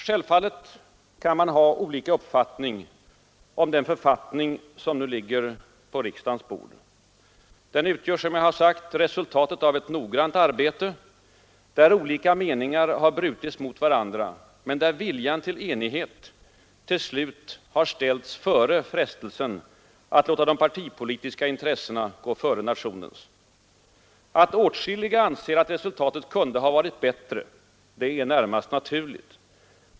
Självfallet kan man ha olika uppfattning om den författning som nu ligger på riksdagens bord. Den utgör, som jag sagt, resultatet av ett noggrant arbete, där olika meningar brutits mot varandra men där viljan till enighet till slut ställts före frestelsen att låta de partipolitiska intressena gå före nationens. Att åtskilliga anser att resultatet kunde ha varit bättre är närmast naturligt.